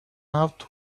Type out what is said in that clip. out